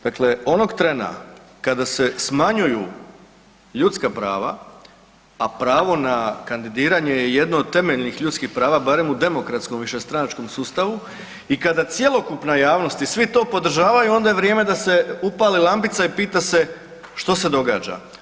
Dakle, onog trena kada se smanjuju ljudska prava, a pravo na kandidiranje je jedno od temeljnih ljudskih prava barem u demokratskom višestranačkom sustavu i kada cjelokupna javnost i svi to podržavaju onda je vrijeme da se upale lampice i pita se što se događa?